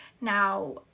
Now